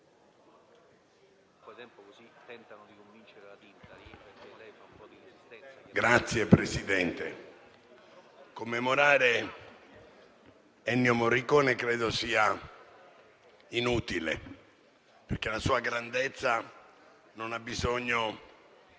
Signor Presidente, commemorare Ennio Morricone credo sia inutile, perché la sua grandezza non ha bisogno